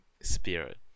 spirit